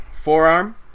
forearm